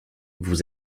vous